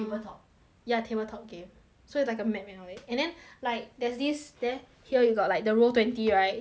ya table top game so it's like a map and all that and then like there's this there here you got like the row twenty right this this